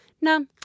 no